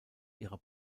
ihrer